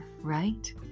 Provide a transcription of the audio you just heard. right